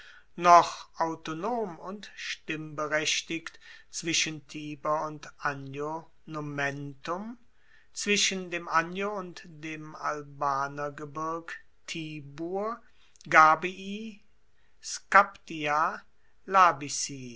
noch autonom und stimmberechtigt zwischen tiber und anio nomentum zwischen dem anio und dem albaner gebirg tibur